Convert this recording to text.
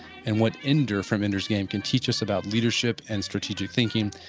and what ender from ender's game can teach us about leadership and strategic thinking